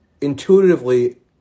intuitively